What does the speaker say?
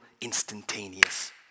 instantaneous